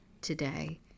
Today